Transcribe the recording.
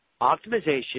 Optimization